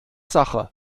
sache